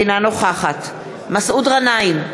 אינה נוכחת מסעוד גנאים,